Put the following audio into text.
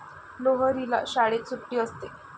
लोहरीला शाळेत सुट्टी असते